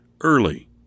early